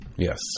Yes